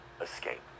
escape